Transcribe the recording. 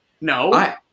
no